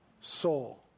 soul